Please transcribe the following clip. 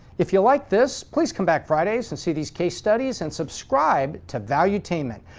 if you like this, please come back fridays and see these case studies and subscribe to valuetainment,